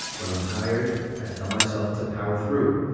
when i'm tired, i tell myself to power through.